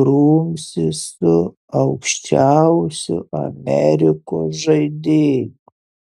grumsis su aukščiausiu amerikos žaidėju